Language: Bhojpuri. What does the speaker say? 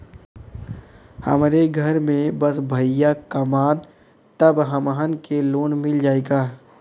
हमरे घर में बस भईया कमान तब हमहन के लोन मिल जाई का?